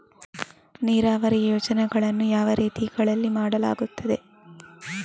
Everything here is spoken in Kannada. ನೀರಾವರಿ ಯೋಜನೆಗಳನ್ನು ಯಾವ ರೀತಿಗಳಲ್ಲಿ ಮಾಡಲಾಗುತ್ತದೆ?